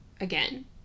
again